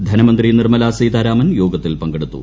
ധനമന്ത്രി നിർമ്മല സീതാരാമൻ യോഗത്തിൽ പങ്കെടുത്തു